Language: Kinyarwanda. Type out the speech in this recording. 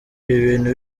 ibintu